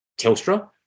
Telstra